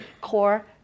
core